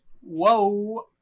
Whoa